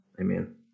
Amen